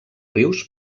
rius